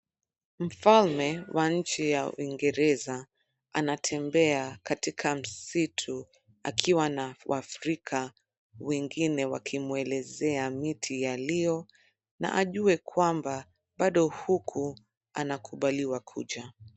Mfalme wa nchi ya Uingereza anatembea katika msitu akiwa na Waafrika wengine wakimwelezea miti yaliyo na ajue kwamba bado huku anakubaliwa kuja.